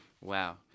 Wow